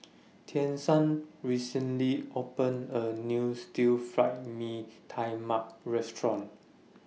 Tiesha recently opened A New Stir Fried Mee Tai Mak Restaurant